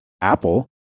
Apple